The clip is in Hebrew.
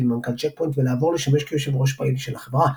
מנכ"ל צ'ק פוינט ולעבור לשמש כיו"ר פעיל של החברה.